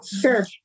Sure